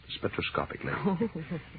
spectroscopically